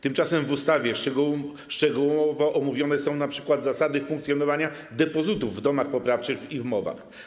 Tymczasem w ustawie szczegółowo omówione są np. zasady funkcjonowania depozytów w domach poprawczych i MOW-ach.